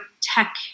tech